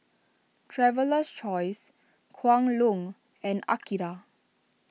Traveler's Choice Kwan Loong and Akira